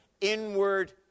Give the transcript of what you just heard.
inward